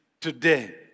today